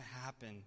happen